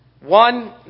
One